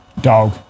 Dog